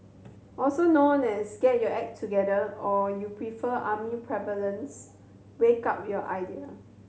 also known as get your act together or you prefer army parlance wake up your idea